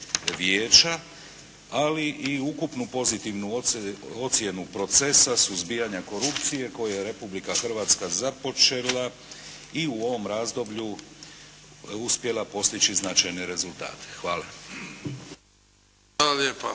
ali i ukupnu pozitivnu ocjenu procesa suzbijanja korupcije koju je Republika Hrvatska započela i u ovom razdoblju uspjela postići značajne rezultate. Hvala. **Bebić,